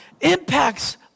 impacts